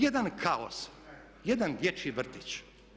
Jedan kaos, jedan dječji vrtić.